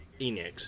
Enix